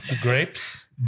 Grapes